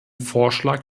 vorschlag